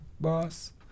boss